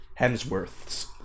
Hemsworth's